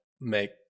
make